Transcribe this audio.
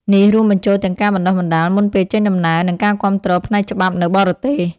នេះរួមបញ្ចូលទាំងការបណ្តុះបណ្តាលមុនពេលចេញដំណើរ និងការគាំទ្រផ្នែកច្បាប់នៅបរទេស។